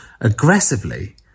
aggressively